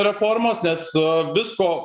reformos nes visko